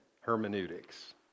hermeneutics